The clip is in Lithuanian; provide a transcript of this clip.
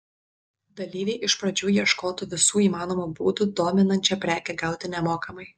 dalyviai iš pradžių ieškotų visų įmanomų būdų dominančią prekę gauti nemokamai